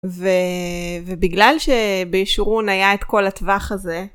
ובגלל שבישורון היה את כל הטווח הזה,